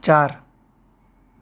ચાર